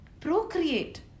procreate